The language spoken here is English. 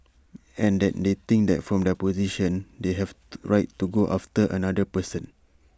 and that they think that from their position they have the right to go after another person